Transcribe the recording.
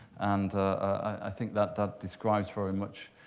and i think that that describes very much